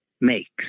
makes